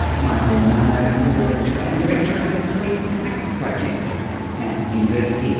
michael romano, law lecturer and director of the three strikes project at stanford university.